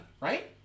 right